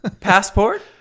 Passport